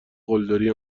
قلدری